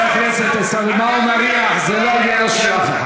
חבר הכנסת עיסאווי פריג', לא, תראה.